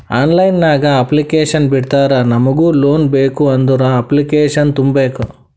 online ನಾಗ್ application ಬಿಡ್ತಾರಾ ನಮುಗ್ ಲೋನ್ ಬೇಕ್ ಅಂದುರ್ ಅಪ್ಲಿಕೇಶನ್ ತುಂಬೇಕ್